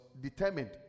determined